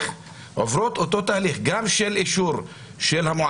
עוברות אותו תהליך גם של אישור המועצה,